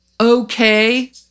okay